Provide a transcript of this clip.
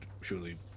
surely